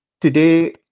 today